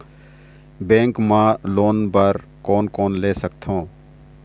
Bank मा loan बर कोन कोन ले सकथों?